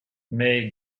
mais